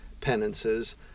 penances